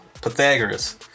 Pythagoras